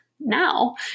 Now